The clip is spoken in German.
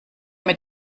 mit